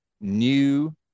new